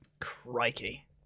Crikey